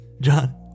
John